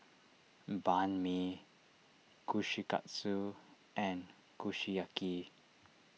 Banh Mi Kushikatsu and Kushiyaki